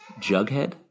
Jughead